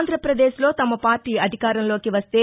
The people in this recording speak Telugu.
ఆంధ్రపదేశ్ లో తమ పార్టీ అధికారంలోకి వస్తే